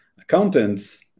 accountants